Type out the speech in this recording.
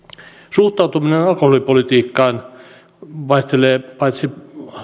suhtautuminen alkoholipolitiikkaan vaihtelee paitsi